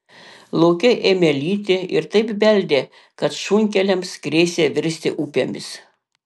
lauke ėmė lyti ir taip beldė kad šunkeliams grėsė virsti upėmis